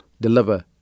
deliver